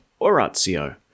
oratio